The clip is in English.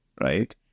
right